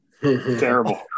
terrible